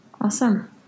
Awesome